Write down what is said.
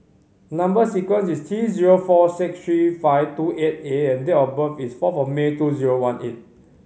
number sequence is T zero four six three five two eight A and date of birth is four of May two zero one eight